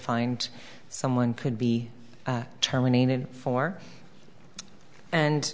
find someone could be terminated for and